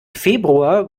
februar